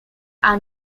are